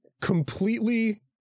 completely